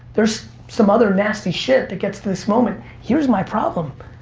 there's some other nasty shit that gets to this moment. here's my problem.